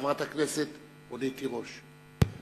חברת הכנסת רונית תירוש.